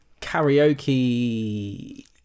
karaoke